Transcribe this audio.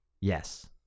Yes